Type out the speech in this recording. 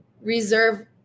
reserve